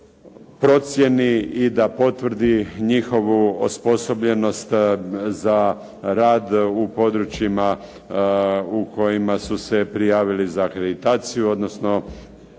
procjeni i da potvrdi njihovu osposobljenost za rad u područjima u kojima su se prijavili za akreditaciju, odnosno